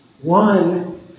One